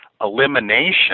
Elimination